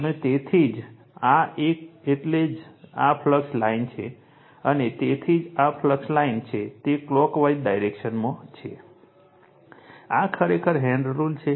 અને તેથી જ આ એક એટલે જ આ ફ્લક્સ લાઇન છે અને તેથી જ આ ફ્લક્સ લાઇન છે તે ક્લોકવાઇઝ ડાયરેક્શનમાં છે આ ખરેખર હેન્ડ રુલ છે